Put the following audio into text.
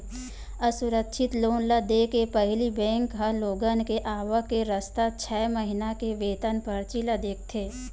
असुरक्छित लोन ल देय के पहिली बेंक ह लोगन के आवक के रस्ता, छै महिना के वेतन परची ल देखथे